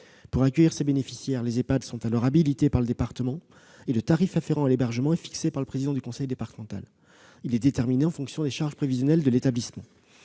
Pour accueillir ces bénéficiaires, les Ehpad sont alors habilités par le département et le tarif afférent à l'hébergement est fixé par le président du conseil départemental ; il est déterminé en fonction des charges prévisionnelles de l'établissement.